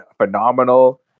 phenomenal